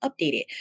updated